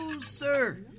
sir